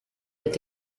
mit